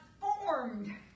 formed